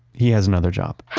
he has another job